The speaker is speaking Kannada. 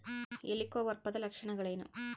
ಹೆಲಿಕೋವರ್ಪದ ಲಕ್ಷಣಗಳೇನು?